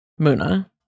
Muna